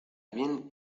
bien